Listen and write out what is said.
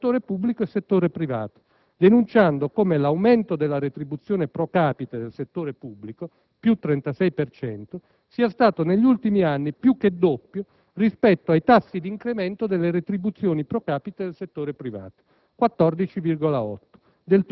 tra settore pubblico e settore privato, denunciando come l'aumento della retribuzione *pro capite* nel settore pubblico (più 36 per cento) sia stato negli ultimi anni più che doppio rispetto ai tassi di incremento delle retribuzioni *pro capite* nel settore privato (14,